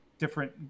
different